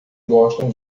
gostam